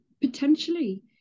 Potentially